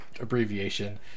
abbreviation